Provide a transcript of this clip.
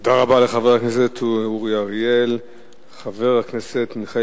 תודה רבה, חבר הכנסת אורי אריאל.